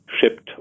shipped